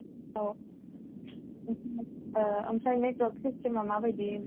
औ ओमफ्राय नेटवार्क सिस्टेमा माबादि बेना